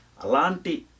alanti